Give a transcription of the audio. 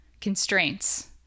constraints